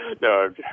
No